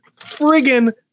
friggin